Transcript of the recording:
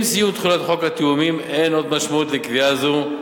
עם סיום תחולת חוק התיאומים אין עוד משמעות לקביעה זו,